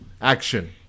action